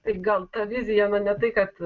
tai gal ta vizija nu ne tai kad